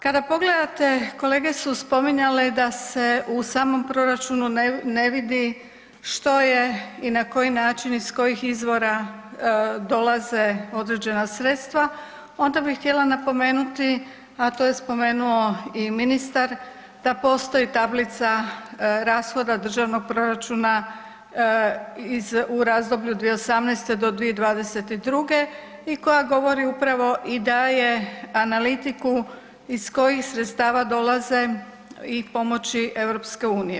Kada pogledate kolege su spominjale da se u samom proračunu ne vidi što je i na koji način iz kojih izvora dolaze određena sredstva onda bih htjela napomenuti, a to je spomenuo i ministar da postoji tablica rashoda državnog proračuna u razdoblju od 2018. do 2022. i koja govori upravo i daje analitiku iz kojih sredstava dolaze i pomoći EU.